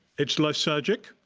it's lysergic.